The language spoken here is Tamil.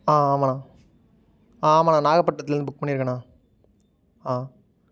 ஆ ஆமாம்ணா ஆ ஆமாம்ணா நாகபட்டினத்துலருந்து புக் பண்ணிருக்கேன்ணா ஆ